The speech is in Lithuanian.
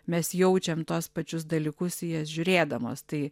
mes jaučiam tuos pačius dalykus į jas žiūrėdamos tai